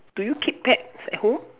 do you keep pets at home